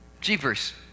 Jeepers